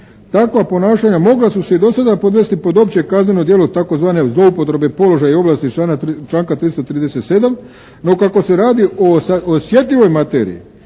Takva ponašanja mogla su se i do sada podnvesti pod opće kazneno djelo tzv. zloupotrebe položaja i ovlasti iz članka 337. no kako se radi o osjetljivoj materiji